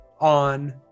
on